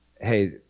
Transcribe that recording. hey